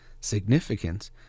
significance